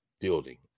building